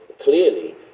clearly